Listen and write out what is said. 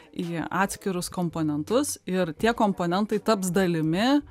į atskirus komponentus ir tie komponentai taps dalimi